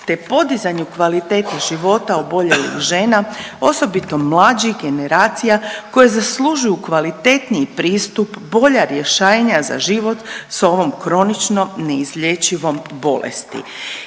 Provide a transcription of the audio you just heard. te podizanju kvalitete života oboljelih žena, osobito mlađih generacija koje zaslužuju kvalitetniji pristup, bolja .../Govornik se ne razumije./... za život s ovom kroničnom neizlječivom bolesti.